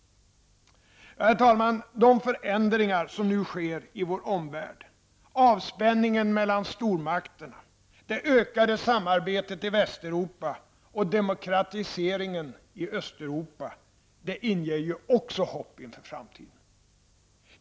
Herr talman! De förändringar som nu sker i vår omvärld -- avspänningen mellan stormakterna, det ökade samarbetet i Västeuropa och demokratiseringen i Östeuropa -- inger också hopp inför framtiden.